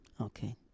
okay